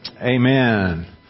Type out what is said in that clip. amen